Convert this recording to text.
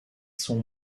sont